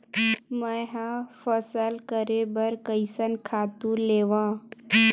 मैं ह फसल करे बर कइसन खातु लेवां?